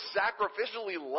sacrificially